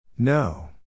No